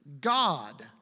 God